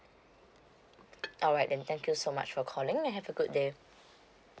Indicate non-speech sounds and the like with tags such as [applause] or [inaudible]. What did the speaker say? [noise] alright then thank you so much for calling and have a good day